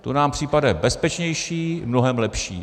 To nám připadá bezpečnější, mnohem lepší.